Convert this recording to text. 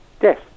Yes